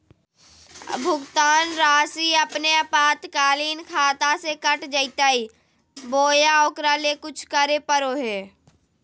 भुक्तान रासि अपने आपातकालीन खाता से कट जैतैय बोया ओकरा ले कुछ करे परो है?